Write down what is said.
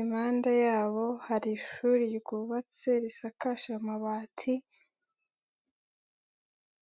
impande yabo hari ishuri ryubatse risakaje amabati.